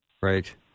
Right